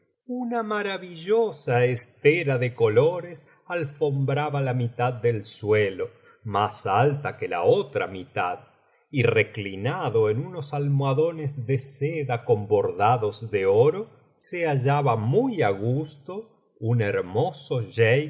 una maravillosa estera de colores alfombraba la mitad del suelo más alta que la otra mitad y reclinado en unos almohadones de seda con bordados de oro se hallaba muy á gusto un hermoso